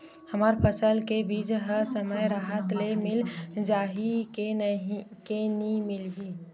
हमर फसल के बीज ह समय राहत ले मिल जाही के नी मिलही?